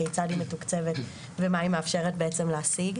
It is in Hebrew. כיצד היא מתוקצבת ומה היא מאפשרת בעצם להשיג.